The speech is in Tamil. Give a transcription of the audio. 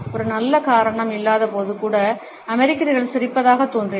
ஒரு நல்ல காரணம் இல்லாதபோது கூட அமெரிக்கர்கள் சிரிப்பதாகத் தோன்றியது